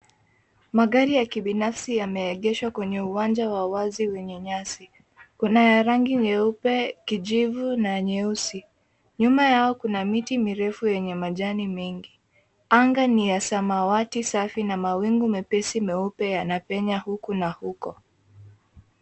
Magari ya kibinafsi yame egeshwa kwenye uwanja wa wazi wenye nyasi. Kuna ya rangi nyeupe, kijivu na nyeusi. Nyuma yao kuna miti mirefu yenye majani mengi. Anga ni ya samawati safi na mawingu mepesi meupe yanapenya huku na huko.